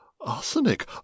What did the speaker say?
arsenic